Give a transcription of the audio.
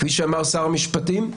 כפי שאמר שר המשפטים,